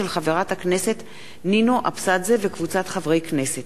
של חברת הכנסת נינו אבסדזה וקבוצת חברי הכנסת.